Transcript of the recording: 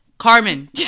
Carmen